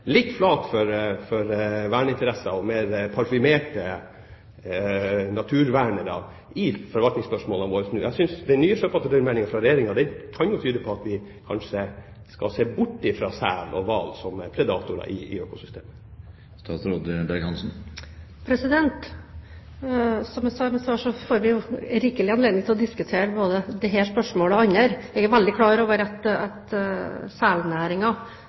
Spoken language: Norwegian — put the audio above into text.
for verneinteresser og mer parfymerte naturvernere i forvaltningsspørsmålene våre? Jeg synes at den nye sjøpattedyrmeldingen fra Regjeringen kan tyde på at vi kanskje skal se bort fra sel og hval som predatorer i økosystemet? Som jeg sa i mitt svar, får vi rikelig anledning til å diskutere både dette og andre spørsmål senere. Jeg er veldig klar over at